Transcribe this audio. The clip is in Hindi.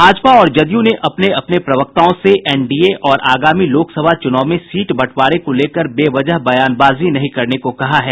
भाजपा और जदयू ने अपने अपने प्रवक्ताओं से एनडीए और आगामी लोकसभा चुनाव में सीट बंटवारे को लेकर बेवजह बयानबाजी नहीं करने को कहा है